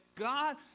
God